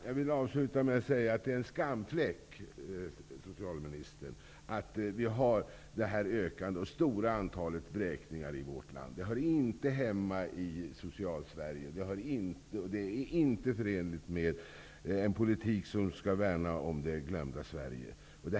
Fru talman! Det ökade antalet vräkningar är en skamfläck för vårt land, socialministern. De hör inte hemma i Social-Sverige, och de är inte förenliga med en politik som skall värna om det glömda Sverige.